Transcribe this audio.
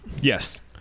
Yes